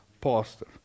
pastor